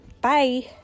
Bye